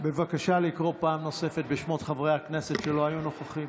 בבקשה לקרוא פעם נוספת בשמות חברי הכנסת שלא היו נוכחים.